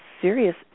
serious